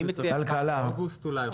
אני מציע 1 באוגוסט אולי.